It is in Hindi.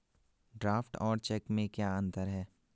ड्राफ्ट और चेक में क्या अंतर है?